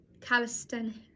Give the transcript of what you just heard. Calisthenics